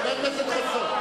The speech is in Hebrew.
חבר הכנסת חסון.